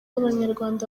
abanyarwanda